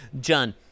John